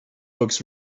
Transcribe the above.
books